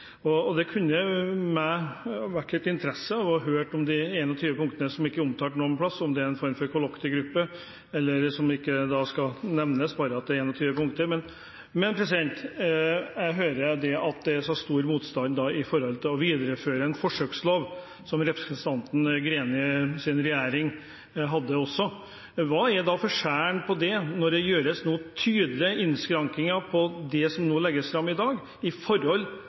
egen politikk. Det kunne for meg vært litt interessant å høre om de 21 punktene som ikke er omtalt noen plass – om det er en form for kollokviegruppe, eller at de ikke skal nevnes, bare at det er 21 punkter. Men jeg hører at det er så stor motstand mot å videreføre en forsøkslov, som representanten Grenis parti i regjering også hadde. Hva er forskjellen på det når det nå gjøres tydelige innskrenkinger på det som legges fram i dag, i forhold